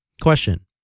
Question